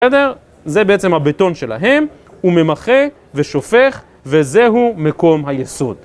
בסדר? זה בעצם הבטון שלהם, הוא ממחה ושופך וזהו מקום היסוד.